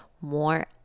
more